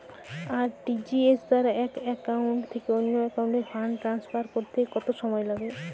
RTGS দ্বারা এক account থেকে অন্য একাউন্টে ফান্ড ট্রান্সফার করতে কত সময় লাগে?